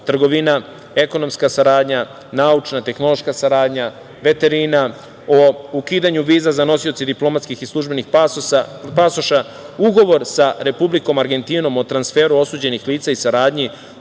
trgovina, ekonomska saradnja, naučna, tehnološka saradnja, veterina, o ukidanju viza za nosioce diplomatskih i službenih pasoša. Ugovor sa Republikom Argentinom o transferu osuđenih lica i saradnji